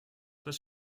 does